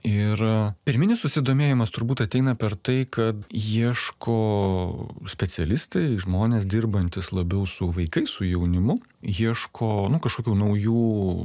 ir pirminis susidomėjimas turbūt ateina per tai kad ieško specialistai žmonės dirbantys labiau su vaikais su jaunimu ieško kažkokių naujų